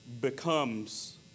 becomes